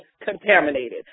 contaminated